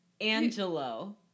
Angelo